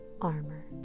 armor